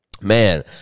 man